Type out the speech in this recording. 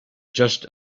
just